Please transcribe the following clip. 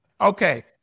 Okay